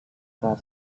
suka